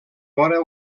vora